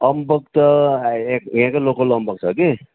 अम्बक त हाइ यहाँकै लोकल अम्बक छ कि